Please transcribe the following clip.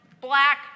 black